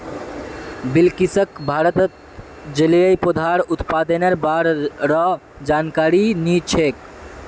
बिलकिसक भारतत जलिय पौधार उत्पादनेर बा र जानकारी नी छेक